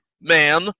man